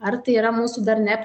ar tai yra mūsų dar ne